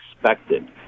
expected